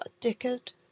dickhead